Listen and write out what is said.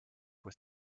with